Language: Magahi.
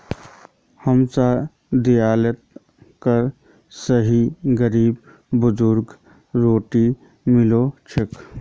हमसार दियाल कर स ही गरीब बुजुर्गक रोटी मिल छेक